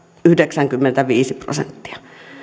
yhdeksänkymmentäviisi prosenttia